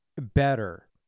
better